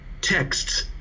texts